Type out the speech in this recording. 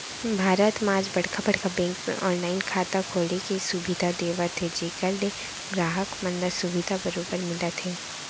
भारत म आज बड़का बड़का बेंक ह ऑनलाइन खाता खोले के सुबिधा देवत हे जेखर ले गराहक मन ल सुबिधा बरोबर मिलत हे